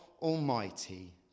Almighty